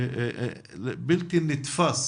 ובלתי נתפס